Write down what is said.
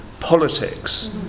politics